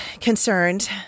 concerned